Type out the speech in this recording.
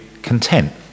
content